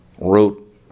wrote